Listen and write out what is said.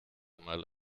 mal